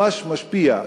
ממש משפיע,